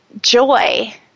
joy